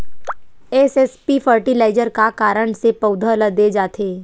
SSP fertiliser का कारण से पौधा ल दे जाथे?